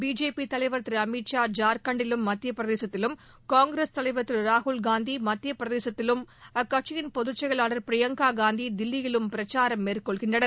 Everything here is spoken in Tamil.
பிஜேபி தலைவர் திரு ்அமித் ஷா ஜார்க்கண்டிலும் மத்திய பிரதேசத்திலும் காங்கிரஸ் தலைவர் திரு ராகுல் காந்தி மத்திய பிரதேசத்திலும் அக்கட்சியின் பொதுச்செயலாளர் பிரியங்கா காந்தி தில்லியிலும் பிரச்சாரம் மேற்கொள்கின்றனர்